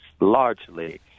largely